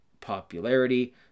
popularity